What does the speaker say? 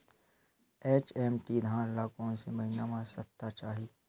HMT धान ल कोन से महिना म सप्ता चाही?